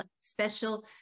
special